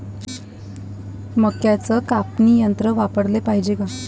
मक्क्याचं कापनी यंत्र वापराले पायजे का?